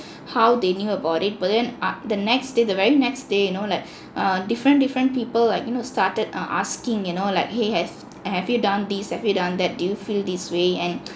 how they knew about it but then uh the next day the very next day you know like err different different people like you know started uh asking you know like !hey! have have you done this have you done that do feel this way and